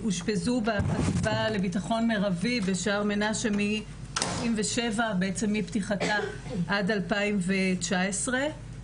אושפזו בשער מנשה מפתיחתה עד 2019,